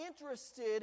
interested